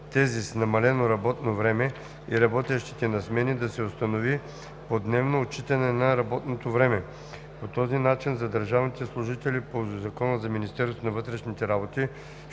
тези с намалено работно време и работещите на смени, да се установи подневно отчитане на работното време. По този начин за държавните служители по Закона за Министерството на вътрешните работи